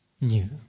new